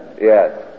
yes